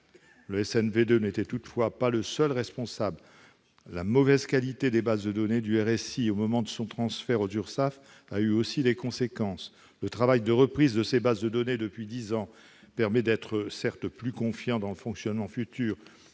logiciel n'était toutefois pas le seul responsable, puisque la mauvaise qualité des bases de données du RSI au moment de leur transfert aux URSSAF a également eu des conséquences. Le travail de reprise de ces bases de données depuis dix ans permet d'être plus confiant dans le fonctionnement futur